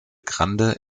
grande